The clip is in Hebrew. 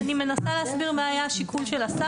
אני מנסה להסביר מה היה השיקול של השר